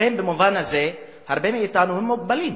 לכן במובן הזה, הרבה מאתנו הם מוגבלים,